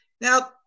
Now